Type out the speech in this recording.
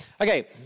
Okay